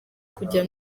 kujya